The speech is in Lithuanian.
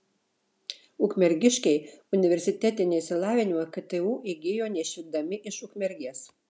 ukmergiškiai universitetinį išsilavinimą ktu įgijo neišvykdami iš ukmergės